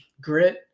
grit